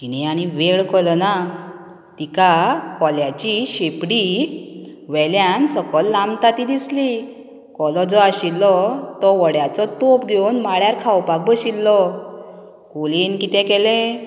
तिणें आनी वेळ केलो ना तिका कोल्याची शेपडी वेल्यान सकयल लांबता ती दिसली कोलो जो आशिल्लो तो वड्याचो तोप घेवन माळ्यार खावपाक बशिल्लो कोलयेन कितें केलें